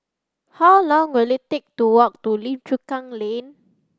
how long will it take to walk to Lim Chu Kang Lane